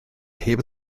heb